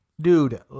Dude